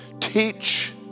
Teach